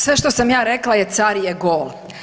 Sve što sam ja rekla je car je gol.